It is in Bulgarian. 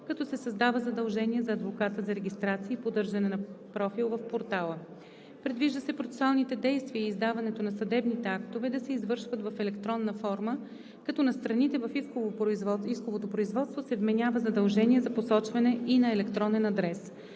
като се създава задължение за адвоката за регистрация и поддържане на профил в портала. Предвижда се процесуалните действия и издаването на съдебните актове да се извършват в електронна форма, като на страните в исковото производство се вменява задължение за посочване и на електронен адрес.